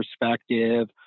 perspective